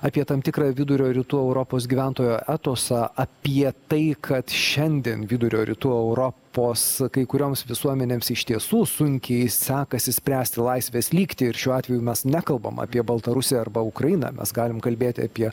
apie tam tikrą vidurio rytų europos gyventojo etosą apie tai kad šiandien vidurio rytų europos kai kurioms visuomenėms iš tiesų sunkiai sekasi spręsti laisvės lygtį ir šiuo atveju mes nekalbam apie baltarusiją arba ukrainą mes galim kalbėti apie